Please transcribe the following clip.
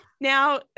Now